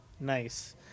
Nice